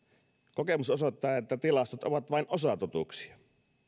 kokemus osoittaa että tilastot ovat vain osatotuuksia